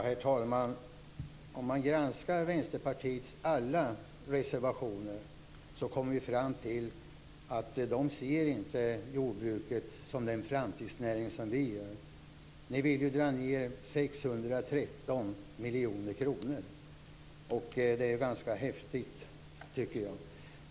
Herr talman! Om man granskar Vänsterpartiets alla reservationer kommer man fram till att de inte ser jordbruket som den framtidsnäring som vi gör. Ni vill dra ned 613 miljoner kronor. Det är ganska häftigt, tycker jag.